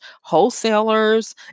wholesalers